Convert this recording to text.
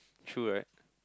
true right